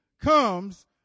comes